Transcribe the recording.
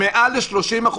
יותר מ-30%,